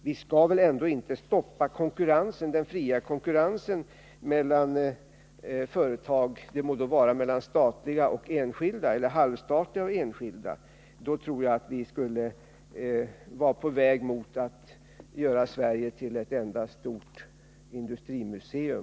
Vi skall väl ändå inte stoppa den fria konkurrensen mellan företag — det må då gälla konkurrens mellan statliga och enskilda eller mellan halvstatliga och enskilda företag. I så fall tror jag att vi vore på väg mot att i det längre perspektivet göra Sverige till ett enda stort industrimuseum.